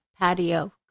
patio